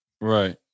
right